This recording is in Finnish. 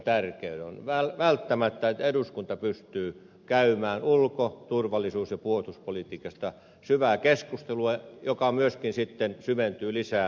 on välttämätöntä että eduskunta pystyy käymään ulko turvallisuus ja puolustuspolitiikasta syvää keskustelua joka myöskin syventyy lisää valiokunnissa